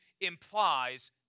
implies